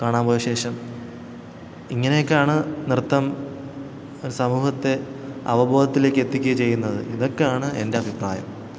കാണാൻ പോയ ശേഷം ഇങ്ങനെയക്കെയാണ് നൃത്തം ഒരു സമൂഹത്തെ അവബോധത്തിലേക്കെത്തിക്കുകയോ ചെയ്യുന്നത് ഇതൊക്കെയാണ് എൻറ്റഭിപ്രായം